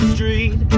Street